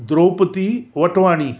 Draupadi Vatwani